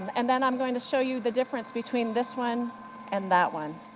and then i'm going to show you the difference between this one and that one.